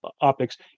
optics